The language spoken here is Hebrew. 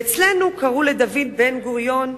ואצלנו קראו לדוד בן-גוריון,